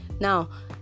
Now